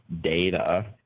data